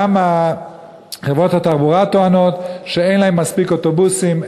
גם חברות התחבורה טוענות שאין להן מספיק אוטובוסים,